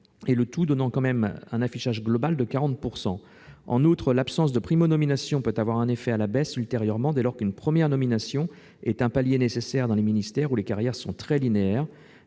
tout de même un affichage global de 40 %. En outre, l'absence de primo-nominations peut avoir ultérieurement un effet à la baisse, dès lors qu'une première nomination est un palier nécessaire dans les ministères où les carrières sont très linéaires.